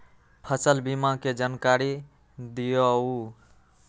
फसल बीमा के जानकारी दिअऊ?